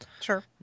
Sure